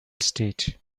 state